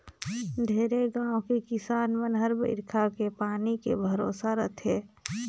ढेरे गाँव के किसान मन हर बईरखा के पानी के भरोसा रथे